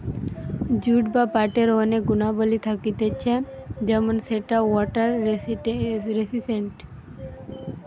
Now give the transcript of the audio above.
jute বা পাটের অনেক গুণাবলী থাকতিছে যেমন সেটা ওয়াটার রেসিস্টেন্ট